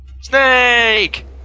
Snake